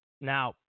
now